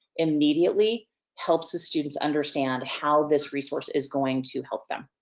immediately helps the students understand how this resource is going to help them.